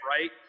right